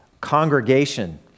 congregation